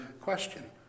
question